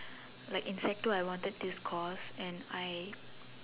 like in sec two I wanted this course and I